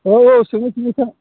औ औ सोङै सोङै थां